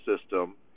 system